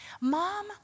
mom